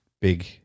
big-